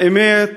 האמת,